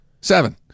Seven